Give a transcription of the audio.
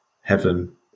heaven